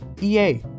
EA